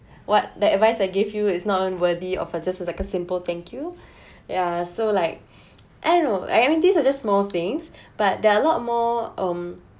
what the advice that I give you is not worthy of a just was like a simple thank you yeah so like I know every things are just small things but there are lot more um